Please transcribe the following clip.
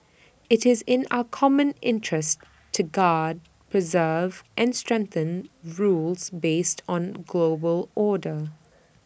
IT is in our common interest to guard preserve and strengthen rules based on global order